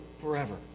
forever